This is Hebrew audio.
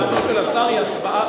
הצעתו של השר היא הצבעה,